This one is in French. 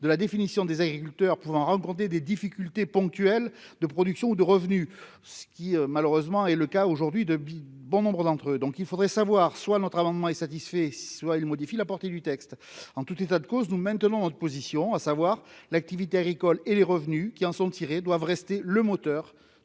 de la définition des agriculteurs pouvant rencontrer des difficultés ponctuelles de production ou de revenus, ce qui, malheureusement, est le cas aujourd'hui de bon nombre d'entre eux, donc il faudrait savoir soit notre amendement est satisfait, soit il modifie la portée du texte, en tout état de cause, nous maintenons notre position, à savoir l'activité agricole et les revenus qui en sont tirées doivent rester le moteur